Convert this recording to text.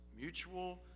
mutual